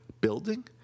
building